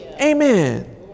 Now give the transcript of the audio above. amen